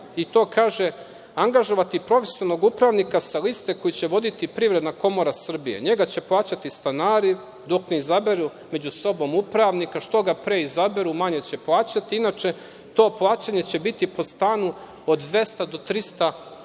i to kaže – angažovati profesionalnog upravnika sa liste koji će voditi Privredna komora Srbije. Njega će plaćati stanari dok ne izaberu među sobom upravnika, što ga pre izaberu manje će plaćati. Inače to plaćanje će biti po stanu od 200 do 350